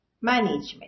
management